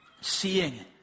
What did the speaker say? seeing